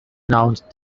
announced